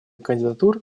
кандидатур